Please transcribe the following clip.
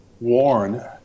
warn